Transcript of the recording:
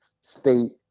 state